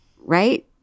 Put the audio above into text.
right